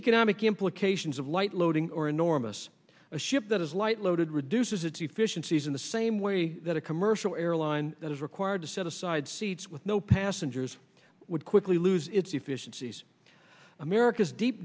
economic implications of light loading or enormous a ship that is light loaded reduces it to fission seas in the same way that a commercial airline that is required to set aside seats with no passengers would quickly lose its efficiencies america's deep